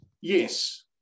Yes